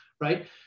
right